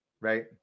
right